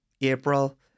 April